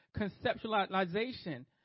Conceptualization